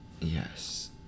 Yes